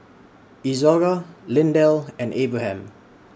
Izora Lindell and Abraham